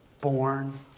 born